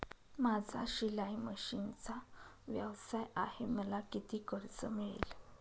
माझा शिलाई मशिनचा व्यवसाय आहे मला किती कर्ज मिळेल?